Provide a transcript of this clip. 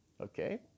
Okay